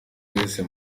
wese